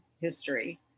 history